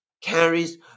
carries